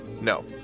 No